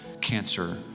cancer